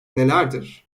nelerdir